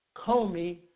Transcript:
Comey